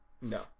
No